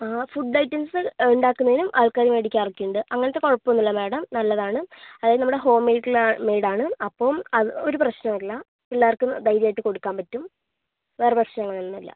ആ food items ഇണ്ടാക്കുന്നേനും ആൾക്കാര് മേടിക്കാറ് ഒക്കെ ഉണ്ട് അങ്ങനത്ത കുഴപ്പമൊന്നുമില്ല മാഡം നല്ലതാണ് അതായത് നമ്മട ഹോം മേയ്ഡിൽ മെയ്ടാണ് അപ്പം അത് ഒരു പ്രശ്നം ഇല്ല എല്ലാർക്കും ധൈര്യായിട്ട് കൊടുക്കാൻ പറ്റും വേറെ പ്രശ്നങ്ങളൊന്നും ഇല്ല